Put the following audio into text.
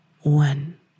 one